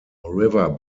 river